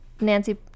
nancy